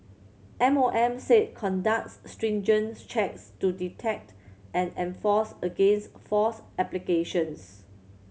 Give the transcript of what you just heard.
M O M said conducts stringent checks to detect and enforce against false applications